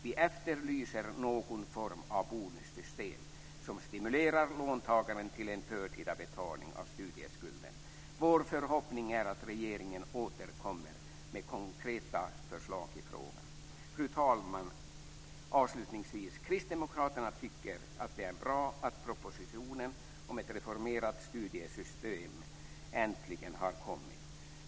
Vi efterlyser någon form av bonussystem som stimulerar låntagaren till en förtida betalning av studieskulden. Vår förhoppning är att regeringen återkommer med konkreta förslag i frågan. Fru talman! Avslutningsvis tycker kristdemokraterna att det är bra att propositionen om ett reformerat studiesystem äntligen har kommit.